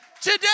today